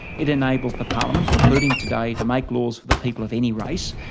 it enables the parliament, including today, to make laws for the people of any race.